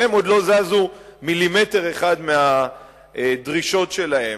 והם עוד לא זזו מילימטר אחד מהדרישות שלהם.